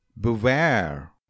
Beware